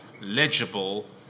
legible